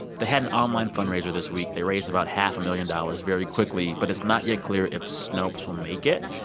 they had an online fundraiser this week. they raised about half a million dollars very quickly. but it's not yet clear if snopes will make it.